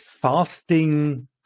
fasting